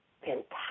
fantastic